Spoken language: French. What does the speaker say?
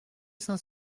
saint